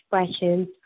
expressions